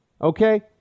Okay